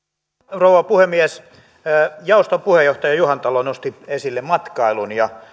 rouva puhemies jaoston puheenjohtaja juhantalo nosti esille matkailun ja